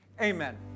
Amen